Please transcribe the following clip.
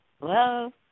Hello